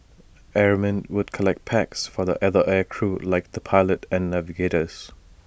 airmen would collect packs for the other air crew like the pilot and navigators